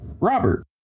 Robert